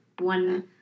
one